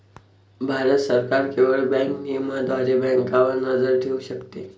भारत सरकार केवळ बँक नियमनाद्वारे बँकांवर नजर ठेवू शकते